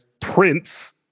Prince